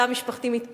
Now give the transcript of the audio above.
התא המשפחתי מתפרק,